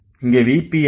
இங்க VP என்ன